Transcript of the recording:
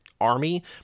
army